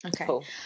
Okay